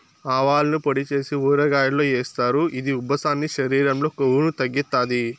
ఆవాలను పొడి చేసి ఊరగాయల్లో ఏస్తారు, ఇది ఉబ్బసాన్ని, శరీరం లో కొవ్వును తగ్గిత్తాది